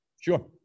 Sure